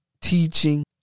teaching